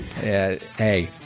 Hey